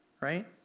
right